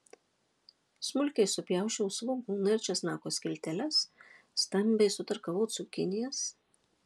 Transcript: smulkiai supjausčiau svogūną ir česnako skilteles stambiai sutarkavau cukinijas